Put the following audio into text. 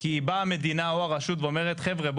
כי באה המדינה או הרשות ואומרת חבר'ה,